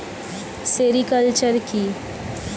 Sericulture কি?